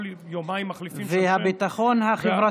כל יומיים מחליפים שם שם, והביטחון החברתי.